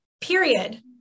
period